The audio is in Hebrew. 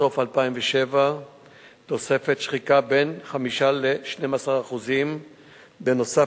סוף 2007 תוספת שחיקה של 5% 15%. בנוסף,